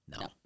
No